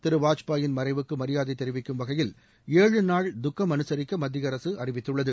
திரு வாஜ்பாயின் மறைவுக்கு மரியாதை தெரிவிக்கும் வகையில் ஏழு நாள் துக்கம் அனுசரிக்க மத்திய அரசு அறிவித்துள்ளது